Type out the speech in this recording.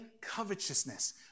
covetousness